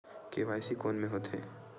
KYC कोन में होथे?